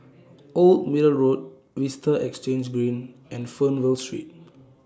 Old Middle Road Vista Exhange Green and Fernvale Street